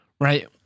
Right